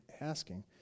asking